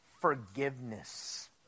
forgiveness